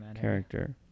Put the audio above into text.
character